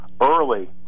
early